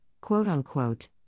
quote-unquote